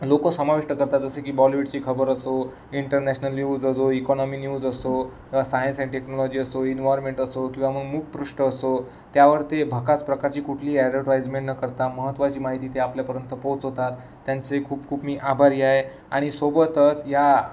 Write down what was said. लोक समाविष्ट करतात जसे की बॉलीवूडची खबर असो इंटरनॅशनल न्यूज असो इकनॉमी न्यूज असो किंवा सायन्स अँड टेक्नॉलॉजी असो इन्वयमेंट असो किवा मग मुखपृष्ट असो त्यावर ते भकास प्रकारची कुठली ॲडवर्टाइजमेंट न करता महत्त्वाची माहिती ते आपल्यापर्यंत पोचवतात त्यांचे खूप खूप मी आभारी आहे आणि सोबतच या